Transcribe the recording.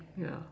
yeah